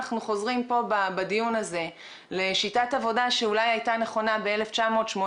אנחנו חוזרים פה בדיון הזה לשיטת עבודה שאולי הייתה נכונה ב-1980